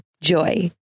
JOY